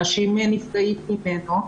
אנשים נפגעים ממנו,